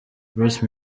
bruce